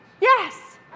Yes